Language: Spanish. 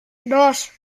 dos